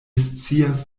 scias